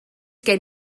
gen